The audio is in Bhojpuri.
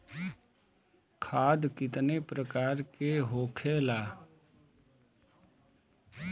खाद कितने प्रकार के होखेला?